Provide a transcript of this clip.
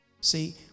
See